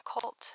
cult